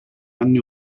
anni